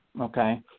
Okay